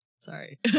Sorry